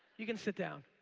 you can sit down.